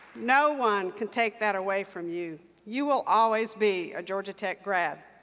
no one can take that away from you. you will always be a georgia tech grad.